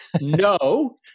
no